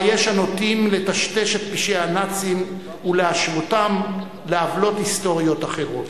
שבה יש הנוטים לטשטש את פשעי הנאציזם ולהשוותם לעוולות היסטוריות אחרות.